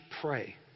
pray